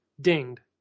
dinged